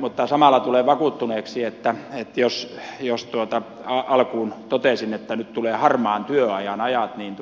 mutta samalla tulen vakuuttuneeksi että jos alkuun totesin että nyt tulee harmaan työajan ajat niin